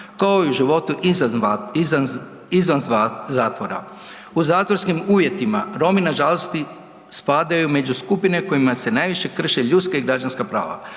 kao i u životu izvan zatvora. U zatvorskim uvjetima Romi nažalost spadaju među skupine kojima se najviše ljudska i građanska prava.